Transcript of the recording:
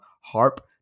harp